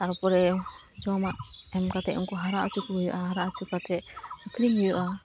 ᱛᱟᱨᱯᱚᱨᱮ ᱡᱚᱢᱟᱜ ᱮᱢ ᱠᱟᱛᱮᱫ ᱩᱱᱠᱩ ᱦᱟᱨᱟ ᱚᱪᱚ ᱠᱚ ᱦᱩᱭᱩᱜᱼᱟ ᱦᱟᱨᱟ ᱚᱪᱚ ᱠᱟᱛᱮᱫ ᱟᱹᱠᱷᱨᱤᱧ ᱦᱩᱭᱩᱜᱼᱟ